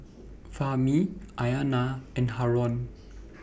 Fahmi Aina and Haron